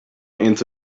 into